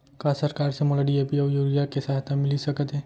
का सरकार से मोला डी.ए.पी अऊ यूरिया के सहायता मिलिस सकत हे?